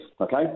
okay